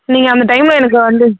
நீங்கள் அந்த டைமில் எனக்கு வந்து